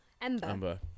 Ember